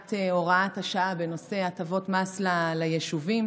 פקיעת הוראת השעה בנושא הטבות מס ליישובים,